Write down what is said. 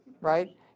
right